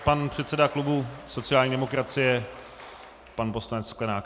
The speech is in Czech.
Pan předseda klubu sociální demokracie pan poslanec Sklenák.